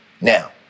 Now